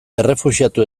errefuxiatu